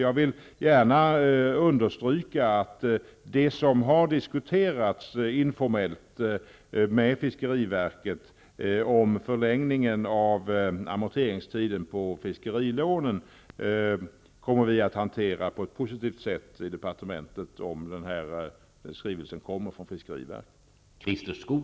Jag vill understryka att vi på departementet på ett positivt sätt kommer att hantera det som informellt har diskuterats med fiskeriverket om förlängningen av amorteringstiden på fiskerilånen, om vi får den aktuella skrivelsen från fiskeriverket.